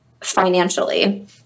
financially